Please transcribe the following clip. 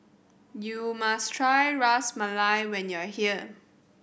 you must try Ras Malai when you are here